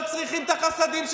אנחנו לא צריכים את החסדים שלכם.